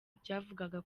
byavugaga